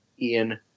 Ian